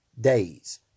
days